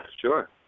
sure